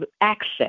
access